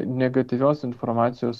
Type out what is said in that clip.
negatyvios informacijos